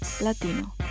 Latino